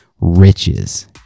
riches